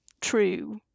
true